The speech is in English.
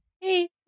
Hey